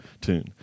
tune